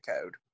code